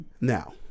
Now